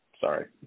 Sorry